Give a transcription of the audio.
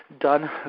done